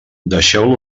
deixeu